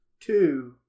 Two